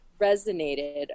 resonated